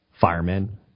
firemen